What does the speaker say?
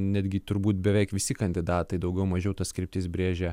netgi turbūt beveik visi kandidatai daugiau mažiau tas kryptis brėžia